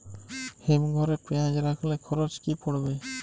হিম ঘরে পেঁয়াজ রাখলে খরচ কি পড়বে?